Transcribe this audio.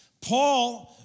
Paul